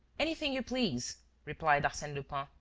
anything you please, replied arsene lupin,